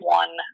one